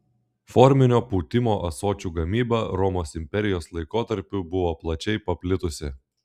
forminio pūtimo ąsočių gamyba romos imperijos laikotarpiu buvo plačiai paplitusi